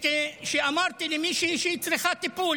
כי אמרתי למישהי שהיא צריכה טיפול